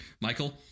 Michael